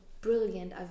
brilliant